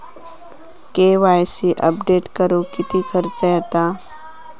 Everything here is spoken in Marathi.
के.वाय.सी अपडेट करुक किती खर्च येता?